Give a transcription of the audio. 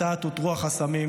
אט-אט הותרו החסמים,